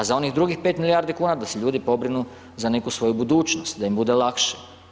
A za onih drugih 5 milijardi kuna da se ljudi pobrinu za neku svoju budućnost, da im bude lakše.